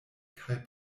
kaj